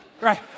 right